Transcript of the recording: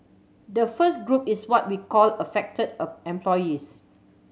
the first group is what we called affected employees